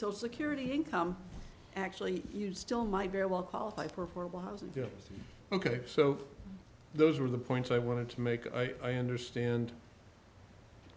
social security income actually you still might very well qualify for four wasn't ok so those were the points i wanted to make i understand